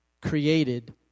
created